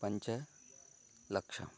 पञ्चलक्षम्